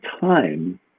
time